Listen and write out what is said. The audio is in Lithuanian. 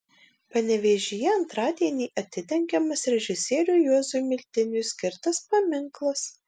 panevėžyje antradienį atidengiamas režisieriui juozui miltiniui skirtas paminklas